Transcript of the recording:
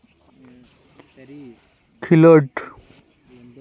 ᱠᱷᱮᱞᱳᱰ